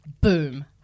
Boom